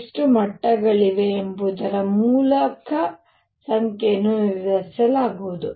ಎಷ್ಟು ಮಟ್ಟಗಳಿವೆ ಎಂಬುದರ ಮೂಲಕ ಸಂಖ್ಯೆಯನ್ನು ನಿರ್ಧರಿಸಲಾಗುವುದು